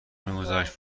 میگذشت